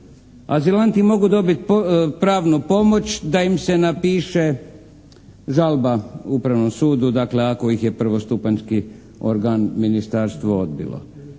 Azilanti mogu dobiti pravnu pomoć da im se napiše žalba Upravnom sudu. Dakle, ako ih je prvostupanjski organ ministarstvo odbilo.